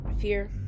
fear